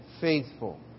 faithful